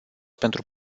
pentru